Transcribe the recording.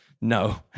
no